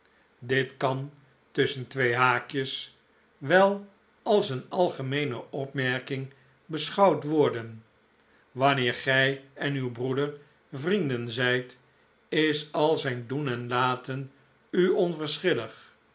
dit kan tusschen twee haakjes wel als een algemeene opmerking beschouwd worden wanneer gij en uw broeder vrienden zijt is al zijn doen en laten u